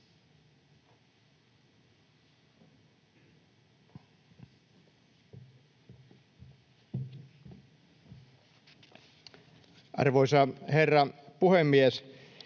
Arvoisa rouva puhemies!